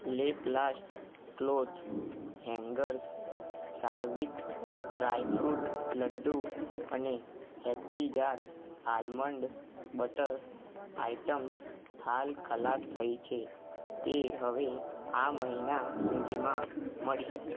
Laplast cloth hangers ચાર્વિક dry fruit laddu અને happy jars almond butter items હાલ ખલાસ થઇ છે તે હવે આ મહિના સુધીમાં મળી શકશે